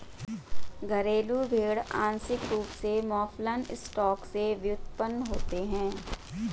घरेलू भेड़ आंशिक रूप से मौफलन स्टॉक से व्युत्पन्न होते हैं